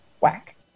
whack